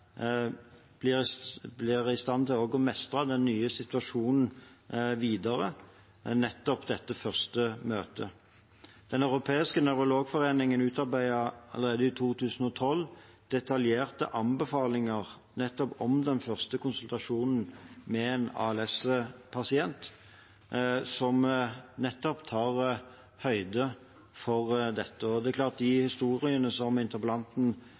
blir i stand til å mestre den nye situasjonen videre. Den europeiske nevrologforeningen utarbeidet allerede i 2012 detaljerte anbefalinger om den første konsultasjonen med en ALS-pasient, som nettopp tar høyde for dette. De historiene som interpellanten trekker fram, viser at dette ikke er retningslinjer som